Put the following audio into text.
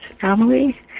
family